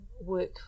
work